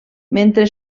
mentre